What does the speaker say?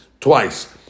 twice